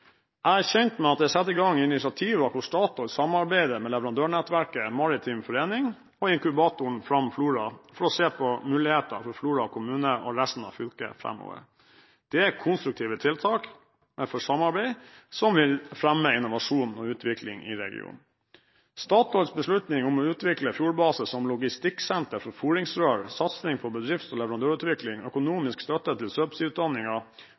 Jeg er kjent med at det er satt i gang initiativ hvor Statoil samarbeider med leverandørnettverket Maritim Forening og inkubatoren Fram Flora for å se på mulighetene for Flora kommune og resten av fylket framover. Det er konstruktive tiltak for samarbeid som vil fremme innovasjon og utvikling i regionen. Statoils beslutning om å utvikle Fjordbase som logistikksenter for fôringsrør, satsing på bedrifts- og leverandørutvikling,